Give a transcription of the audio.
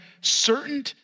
certain